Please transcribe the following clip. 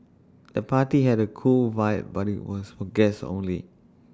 the party had A cool vibe but was for guests only